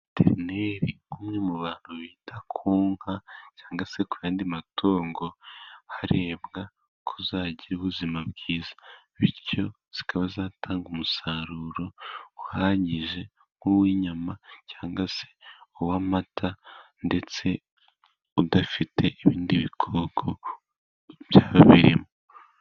Veterineri umwe mu bantu bita ku nka cyangwa se ku yandi matungo harembwa kuzagira ubuzima bwiza, bityo zikaba zatanga umusaruro uhagije nk'uw'inyama cyangwa se uw'amata ndetse udafite ibindi bikoko byaba birimo.